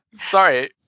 Sorry